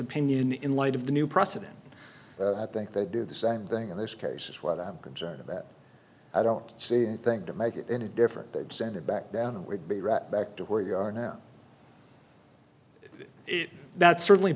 opinion in light of the new precedent i think they do the same thing in this case is what i'm concerned about i don't see anything to make it any different they'd send it back down we'd be right back to where you are now that's certainly